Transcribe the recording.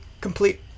complete